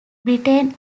britain